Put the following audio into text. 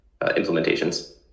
implementations